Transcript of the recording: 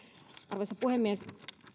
arvoisa puhemies